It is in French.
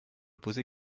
poser